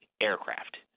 aircraft